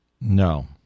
No